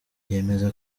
yemeza